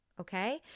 Okay